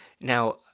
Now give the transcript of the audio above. now